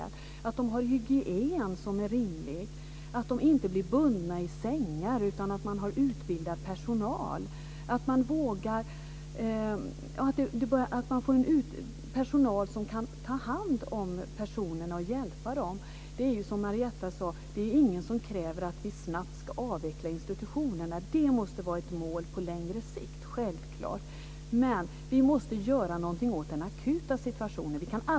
Det handlar också om att de har en hygien som är rimlig och att de inte blir bundna i sängar utan har utbildad personal som kan ta hand om dem och hjälpa dem. Det är ju som Marietta sade, det är ingen som kräver att vi snabbt ska avveckla institutionerna. Det måste självklart vara ett mål på längre sikt. Men vi måste också göra något åt den akuta situationen.